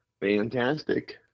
fantastic